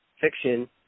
fiction